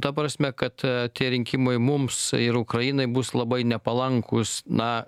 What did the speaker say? ta prasme kad tie rinkimai mums ir ukrainai bus labai nepalankūs na